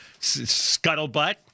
scuttlebutt